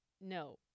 No